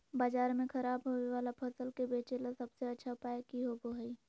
बाजार में खराब होबे वाला फसल के बेचे ला सबसे अच्छा उपाय की होबो हइ?